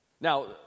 Now